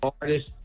artist